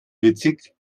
witzig